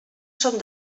són